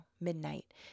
midnight